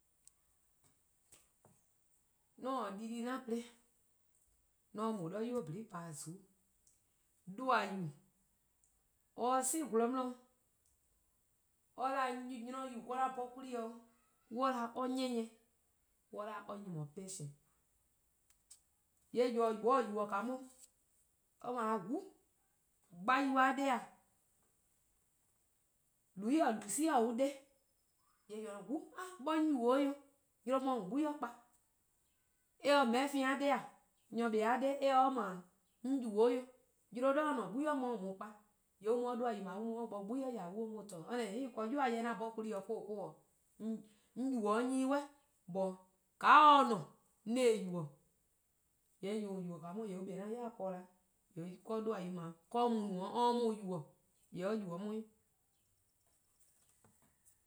"An-a' dii-deh: 'an plo-a, :mor 'on mu 'de :dha "nynuu: :nyene-a pa-dih-a :zuku'-' 'duhba-yu: :mor or 'si gwlor 'di-dih, or 'da 'nynor-kpao-yu: or-: 'an 'bhorn 'kwla+-dih', :yee' :mor on 'da or 'nyene :eh? Or 'da or 'nyene :mor patience, :yee' :yor :or yubo-a 'on, or mu-a 'o gba-nynuu:-a 'de :e, louis-:, lucia-: an-'a 'de :e? :yee' :yor :or :ne-a 'o or 'da 'o. 'Yle 'on 'ye 'de or 'bli 'gbu on kpa. Eh :se melveh-a 'de :e, nyor-beor-a' 'de eh :se or :mor :e, 'on yubo-or 'o, 'yle 'on 'ye 'de or 'bli 'gbu bo on kpa. :yee' 'duhba'-yu: 'dao an mu 'de on 'bo 'gbu :ya 'on 'ye or :to-dih. :yee' :on 'da :enhenen: 'yu-a 'jeh 'an 'bhorn-a 'kwla+-dih or-: 'o :or :dhe-dih. 'on yubo: or 'nyene 'weh 'suh jorwor :ka or :ne-a 'on se-eh yubo. :yee' nyor+ :on yubo-a 'on :yee' on kpa 'o 'an 'yi :po 'da weh. :kaa 'duhba'-yu: :dao' or mu no-' 'de or 'ye 'on yubo, :yee' or yubo: 'on 'weh. m